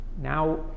now